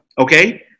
Okay